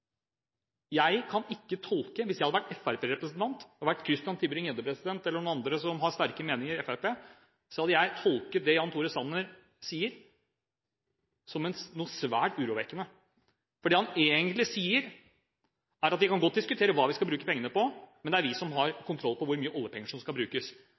Hvis jeg hadde vært fremskrittspartirepresentant, vært Christian Tybring-Gjedde eller noen andre som har sterke meninger i Fremskrittspartiet, hadde jeg tolket det Jan Tore Sanner sier, som svært urovekkende. Det han egentlig sier, er at vi kan godt diskutere hva vi skal bruke pengene på, men det er vi som har kontroll på hvor mye oljepenger som skal brukes.